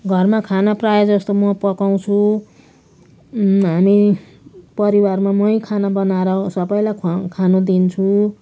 घरमा खाना प्रायःजस्तो म पकाउँछु हामी परिवारमा मै खाना बनाएर सबैलाई खुवा खान दिन्छु